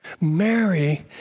Mary